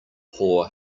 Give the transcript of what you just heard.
poor